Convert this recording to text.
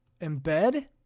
Embed